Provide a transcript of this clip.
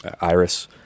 Iris